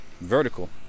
Vertical